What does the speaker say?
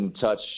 touch